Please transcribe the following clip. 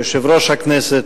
ליושב-ראש הכנסת,